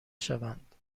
شوند